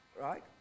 right